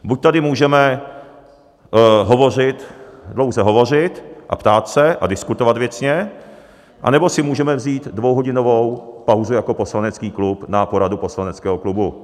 Buď tady můžeme dlouze hovořit a ptát se a diskutovat věcně, anebo si můžeme vzít dvouhodinovou pauzu jako poslanecký klub na poradu poslaneckého klubu.